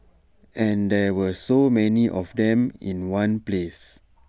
and there were so many of them in one place